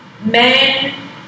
Men